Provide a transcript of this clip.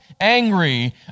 angry